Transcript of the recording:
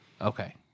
Okay